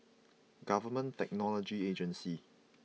Government Technology Agency